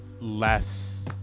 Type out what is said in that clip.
less